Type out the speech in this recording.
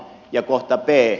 ja kohta b